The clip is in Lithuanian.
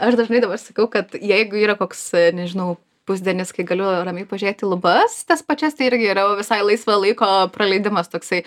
aš dažnai dabar sakau kad jeigu yra koks nežinau pusdienis kai galiu ramiai pažiūrėt į lubas tas pačias tai irgi yra jau visai laisvo laiko praleidimas toksai